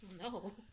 No